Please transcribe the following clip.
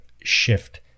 shift